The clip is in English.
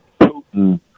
Putin